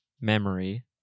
memory